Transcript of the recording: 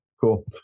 Cool